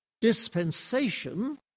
dispensation